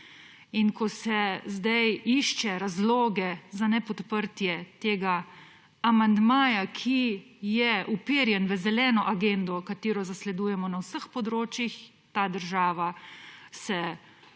In ko se sedaj išče razloge za nepodprtje tega amandmaja, ki je uperjen v zeleno agendo, katero zasledujemo na vseh področjih, ta država se